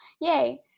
yay